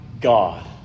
God